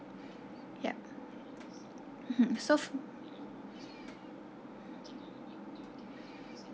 yup mmhmm so